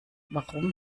warum